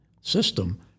system